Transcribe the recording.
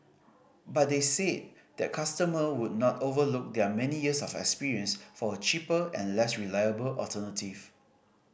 but they said that customer would not overlook their many years of experience for a cheaper and less reliable alternative